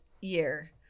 year